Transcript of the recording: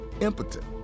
impotent